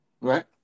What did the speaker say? Right